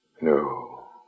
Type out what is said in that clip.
No